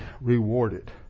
rewarded